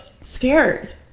Scared